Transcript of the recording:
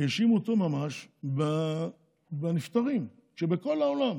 האשימו אותו ממש בנפטרים, כשבכל העולם